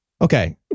Okay